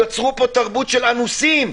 של אנוסים.